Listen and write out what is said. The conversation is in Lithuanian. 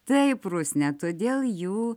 taip rusne todėl jų